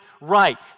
right